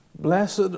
Blessed